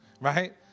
right